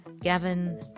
Gavin